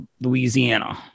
Louisiana